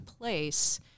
place